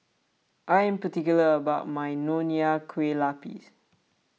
I am particular about my Nonya Kueh Lapis